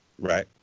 right